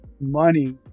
money